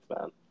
man